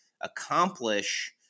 accomplish